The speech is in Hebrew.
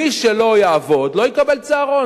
מי שלא יעבוד לא יקבל צהרון.